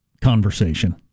conversation